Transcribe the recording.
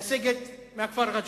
לסגת מהכפר רג'ר.